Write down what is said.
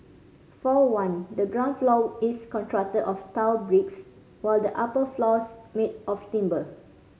for one the ground floor is constructed of tiled bricks while the upper floors made of timber